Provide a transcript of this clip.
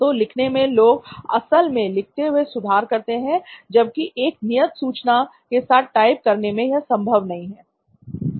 तो लिखने में लोग असल में लिखते हुए सुधार करते हैं जबकि एक नियत सूचना के साथ टाइप करने में यह संभव नहीं है